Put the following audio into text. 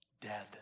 dead